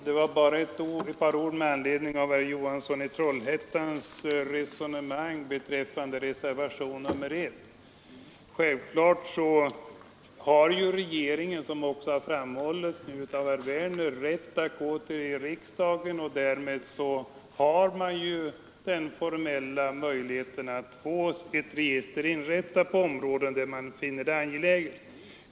Herr talman! Bara några ord med anledning av herr Johanssons i Trollhättan resonemang beträffande reservationen 1. Självklart har regeringen, som också framhållits av herr Werner i Malmö, rätt att gå till riksdagen. Därmed har den formell möjlighet att få ett register inrättat på områden där den finner det angeläget trots att datainspektionen avstyrkt.